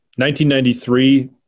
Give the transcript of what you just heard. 1993